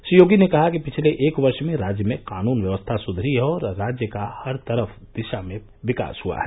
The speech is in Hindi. श्री योगी ने कहा कि पिछले एक वर्ष में राज्य में कानून व्यवस्था सुधरी है और राज्य का हर तरफ दिशा में विकास हुआ है